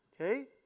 okay